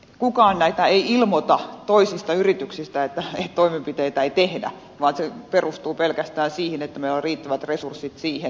kukaan ei ilmoita toisista yrityksistä että toimenpiteitä ei tehdä vaan se perustuu pelkästään siihen että meillä on riittävät resurssit siihen